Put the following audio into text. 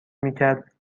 میکرد